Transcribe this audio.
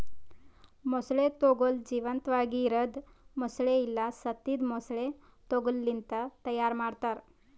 ಮೊಸಳೆ ತೊಗೋಲ್ ಜೀವಂತಾಗಿ ಇರದ್ ಮೊಸಳೆ ಇಲ್ಲಾ ಸತ್ತಿದ್ ಮೊಸಳೆ ತೊಗೋಲ್ ಲಿಂತ್ ತೈಯಾರ್ ಮಾಡ್ತಾರ